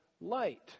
light